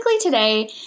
today